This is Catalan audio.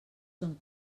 són